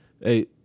hey